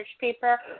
paper